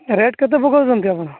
rate କେତେ ପକାଉଛନ୍ତି ଆପଣ